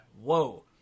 Whoa